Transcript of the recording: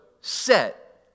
set